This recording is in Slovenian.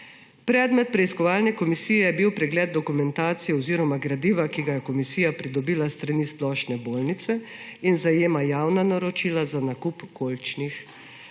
Predmet preiskovalne komisije je bil pregled dokumentacije oziroma gradiva, ki ga je komisija pridobila s strani bolnišnice in zajema javna naročila za nakup kolčnih protez.